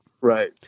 Right